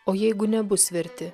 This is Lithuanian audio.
o jeigu nebus verti